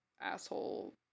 asshole